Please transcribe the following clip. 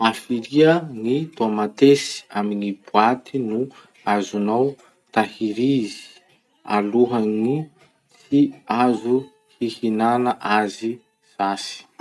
Hafiria gny tomatesy amy gny boaty no azonao tahirizy alohan'ny tsy azo hihinana azo sasy?